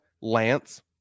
Lance